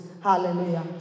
Hallelujah